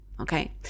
Okay